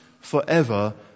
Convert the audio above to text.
forever